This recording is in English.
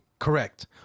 correct